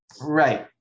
Right